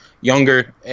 younger